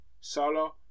Salah